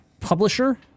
publisher